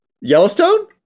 Yellowstone